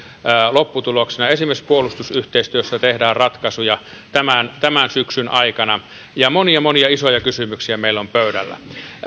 lopputuloksena esimerkiksi puolustusyhteistyössä tehdään ratkaisuja tämän tämän syksyn aikana ja monia monia isoja kysymyksiä meillä on pöydällä